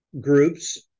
groups